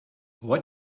what